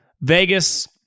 Vegas